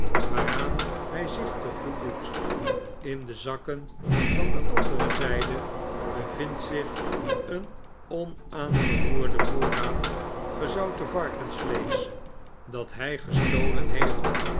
waaraan hg zich te goed doet in de zakken van de andere zgde bevindt zich een onaangeroerde voorraad gezoutenvarkensvleesch dat hg gestolen heeft